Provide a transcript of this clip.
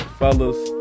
fellas